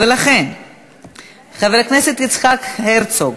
חבר הכנסת יצחק הרצוג,